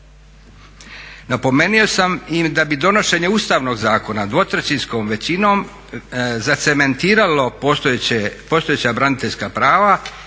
Napomenuo sam i da bi donošenje Ustavnog zakona dvotrećinskom većinom zacementiralo postojeća braniteljska prava